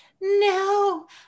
No